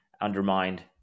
undermined